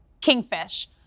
Kingfish